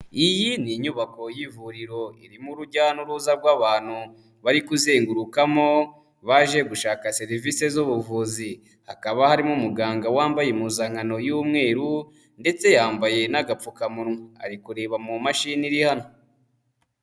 Iyi ni inyubako y'ivuriro irimo urujya n'uruza rw'abantu, bari kuzengurukamo baje gushaka serivisi z'ubuvuzi, hakaba harimo umuganga wambaye impuzankano y'umweru, ndetse yambaye n'agapfukamunwa ariko kureba mu mashini irihano.